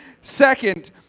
Second